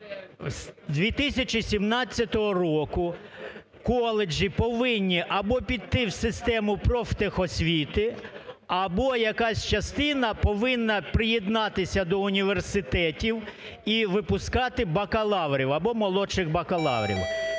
з 2017 року коледжі повинні або піти в систему профтехосвіти, або якась частина повинна приєднатися до університетів і випускати бакалаврів або молодших бакалаврів.